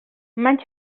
maig